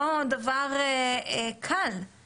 לא כדי לשחרר אותו לכלל הציבור הישראלי,